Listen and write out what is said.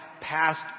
passed